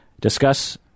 discuss